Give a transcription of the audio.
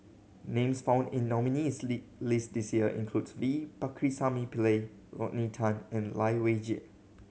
names found in nominees' list this year includes V Pakirisamy Pillai Rodney Tan and Lai Weijie